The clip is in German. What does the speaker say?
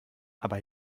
aber